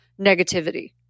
negativity